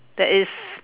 that is